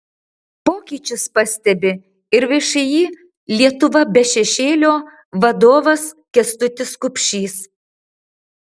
pokyčius pastebi ir všį lietuva be šešėlio vadovas kęstutis kupšys